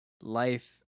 life